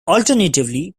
alternatively